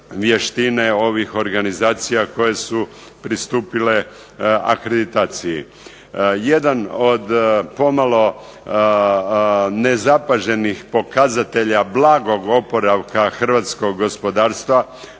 vještine ovih organizacija koje su pristupile akreditaciji. Jedan od pomalo nezapaženih pokazatelja blagog oporavka hrvatskog gospodarstva,